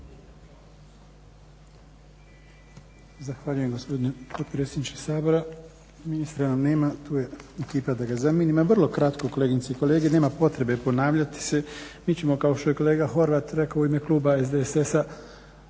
Zahvaljujem gospodine potpredsjedniče Sabora. Ministra nam nema, tu je ekipa da ga zamijeni. Ma vrlo kratko kolegice i kolege, nema potrebe ponavljati se. Mi ćemo kao što je kolega Horvat rekao u ime kluba SDSS-a